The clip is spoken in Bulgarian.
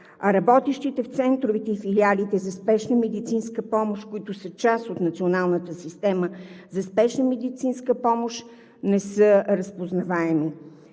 работещите в центровете и филиалите за спешна медицинска помощ, които са част от Националната система за спешна медицинска помощ, не са разпознаваеми.